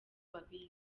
babizi